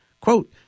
Quote